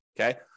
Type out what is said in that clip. Okay